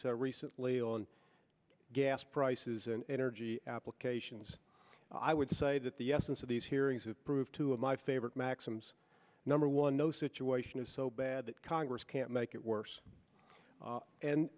so recently on gas prices and energy applications i would say that the essence of these hearings have proved two of my favorite maxims number one no situation is so bad that congress can't make it worse